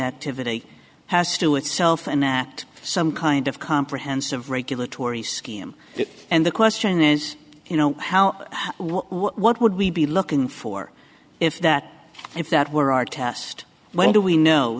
activity has to itself and that some kind of comprehensive regulatory scheme and the question is you know how what would we be looking for if that if that were our test when do we know